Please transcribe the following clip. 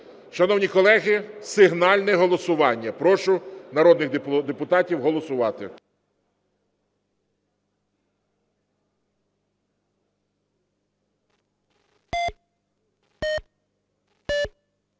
Шановні колеги, сигнальне голосування. Прошу народних депутатів голосувати.